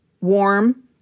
warm